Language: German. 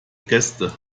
gäste